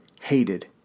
hated